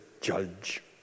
judge